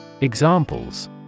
Examples